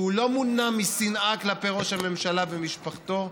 שלא מונע משנאה כלפי ראש הממשלה ומשפחתו,